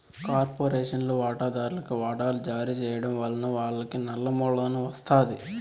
కార్పొరేషన్ల వాటాదార్లుకి వాటలు జారీ చేయడం వలన వాళ్లకి నల్ల మూలధనం ఒస్తాది